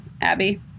Abby